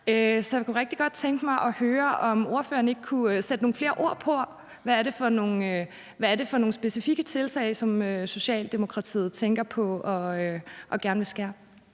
Så jeg kunne rigtig godt tænke mig at høre, om ordføreren ikke kunne sætte nogle flere ord på. Hvad er det for nogle specifikke tiltag, som Socialdemokratiet tænker på gerne at ville skærpe?